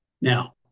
Now